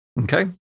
Okay